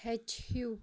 ہیٚچھِو